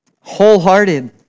Wholehearted